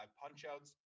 punch-outs